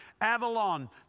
Avalon